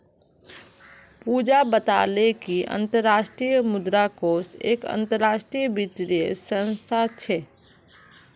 पूजा बताले कि अंतर्राष्ट्रीय मुद्रा कोष एक अंतरराष्ट्रीय वित्तीय संस्थान छे